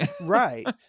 Right